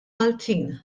maltin